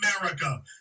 America